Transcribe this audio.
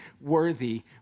worthy